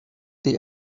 the